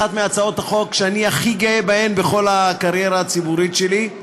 אחת מהצעות החוק שאני הכי גאה בהן בכל הקריירה הציבורית שלי.